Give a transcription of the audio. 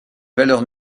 valeurs